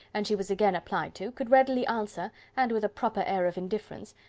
and she was again applied to, could readily answer, and with a proper air of indifference,